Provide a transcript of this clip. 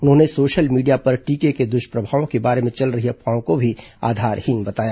उन्होंने social media पर टीके के दुष्प्रभावों के बारे में चल रही अफवाहों को आधारहीन बताया